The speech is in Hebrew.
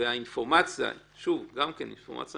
והאינפורמציה שוב, אינפורמציה